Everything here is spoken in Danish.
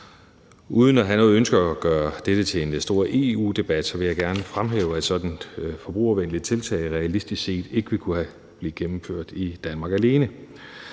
Uden at have noget ønske om at gøre dette til en stor EU-debat vil jeg gerne fremhæve, at et sådant forbrugervenligt tiltag realistisk set ikke ville kunne blive gennemført i Danmark alene.